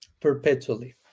perpetually